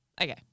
Okay